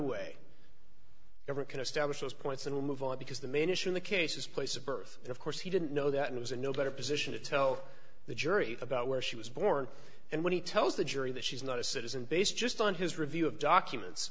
way never can establish those points and move on because the main issue in the case is place of birth of course he didn't know that it was in no better position to tell the jury about where she was born and when he tells the jury that she's not a citizen based just on his review of documents